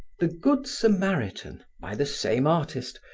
the good samaritan, by the same artist,